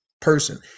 person